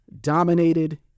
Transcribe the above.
dominated